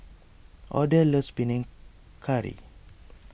Odell loves Panang Curry